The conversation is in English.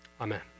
Amen